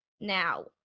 Now